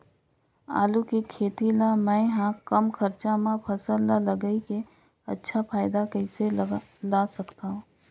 आलू के खेती ला मै ह कम खरचा मा फसल ला लगई के अच्छा फायदा कइसे ला सकथव?